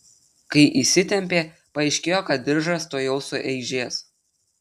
kai įsitempė paaiškėjo kad diržas tuojau sueižės